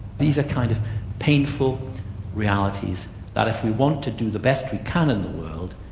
these are kind of painful realities that if we want to do the best we can in the world,